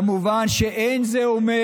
כמובן שזה לא אומר,